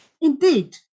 indeed